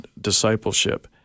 discipleship